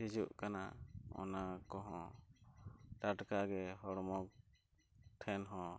ᱦᱤᱡᱩᱜ ᱠᱟᱱᱟ ᱚᱱᱟ ᱠᱚᱦᱚᱸ ᱴᱟᱴᱠᱟ ᱜᱮ ᱦᱚᱲᱢᱚ ᱴᱷᱮᱱ ᱦᱚᱸ